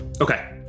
Okay